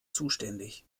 zuständig